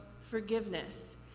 forgiveness